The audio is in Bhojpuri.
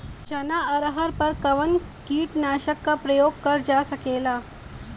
चना अरहर पर कवन कीटनाशक क प्रयोग कर जा सकेला?